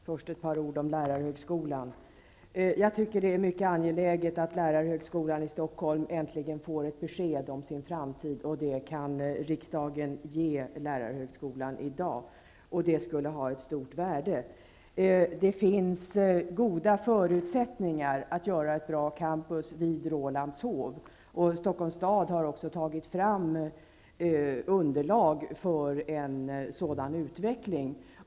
Fru talman! Jag tycker att det är mycket angeläget att lärarhögskolan i Stockholm äntligen får besked om sin framtid. Det kan riksdagen ge lärarhögskolan i dag, vilket skulle vara av stort värde. Det finns goda förutsättningar att skapa ett bra campus vid Rålambshov. Stockholm stad har tagit fram underlag för en sådan utveckling.